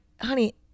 honey